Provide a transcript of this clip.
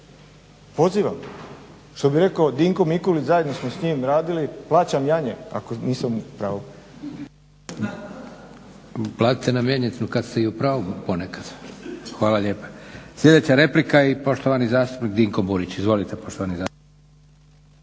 pozivam. Što bi rekao Dinko Mikulić, zajedno smo s njim radili, plaćam janje ako nisam u pravu. **Leko, Josip (SDP)** Platite nam janjetinu kad ste i u pravu ponekad. Hvala lijepa. Sljedeća replika i poštovani zastupnik Dinko Burić. Izvolite poštovani zastupniče.